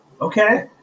okay